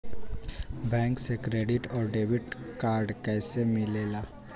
Bank से credit और debit card कैसी मिलेला?